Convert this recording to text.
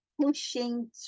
pushing